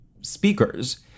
speakers